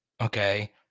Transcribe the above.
Okay